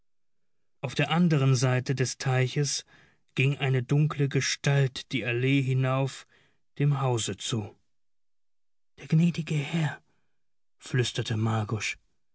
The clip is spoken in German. auf der anderen seite des teiches ging eine dunkle gestalt die allee hinauf dem hause zu der gnädige herr flüsterte margusch